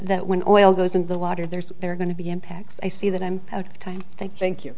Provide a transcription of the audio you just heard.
that when oil goes into the water there's they're going to be impacts i see that i'm out of time thank you thank you